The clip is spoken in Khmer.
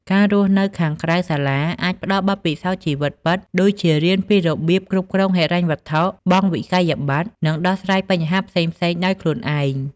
ការរស់នៅខាងក្រៅសាលាអាចផ្តល់បទពិសោធន៍ជីវិតពិត ដូចជារៀនពីរបៀបគ្រប់គ្រងហិរញ្ញវត្ថុ បង់វិក្កយបត្រ និងដោះស្រាយបញ្ហាផ្សេងៗដោយខ្លួនឯង។